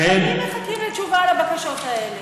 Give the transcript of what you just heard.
אבל הם שנים מחכים לבקשות האלה.